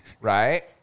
Right